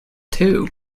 too